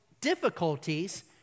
difficulties